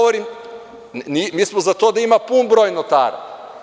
Mi smo za to da ima pun broj notara.